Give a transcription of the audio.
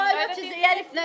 יכול להיות שזה יהיה לפני,